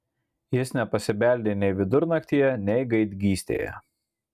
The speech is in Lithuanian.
jis nepasibeldė nei vidurnaktyje nei gaidgystėje